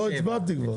הצבעתי כבר.